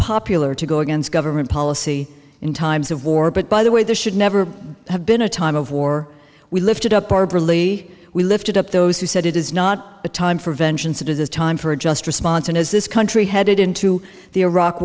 popular to go against government policy in times of war but by the way there should never have been a time of war we lifted up are barely we lifted up those who said it is not the time for vengeance it is time for a just response and as this country headed into the iraq